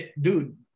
Dude